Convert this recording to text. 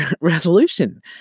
resolution